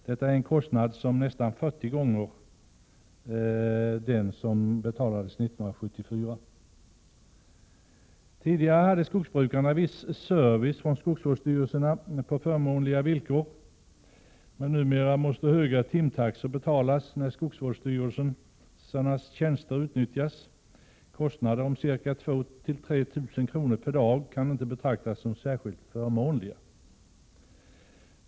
Detta är en kostnad, som är nästan 40 gånger så stor som den som betalades 1974. Tidigare hade skogsbrukarna på förmånliga villkor viss service från skogsvårdsstyrelserna, men numera måste höga timtaxor betalas när skogsvårdsstyrelsernas tjänster utnyttjas. Kostnader om ca 2 000-3 000 kr./dag kan inte betraktas som särskilt förmånliga.